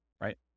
right